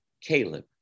Caleb